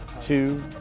two